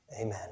amen